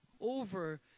over